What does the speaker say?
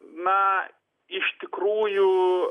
na iš tikrųjų